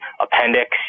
appendix